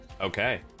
Okay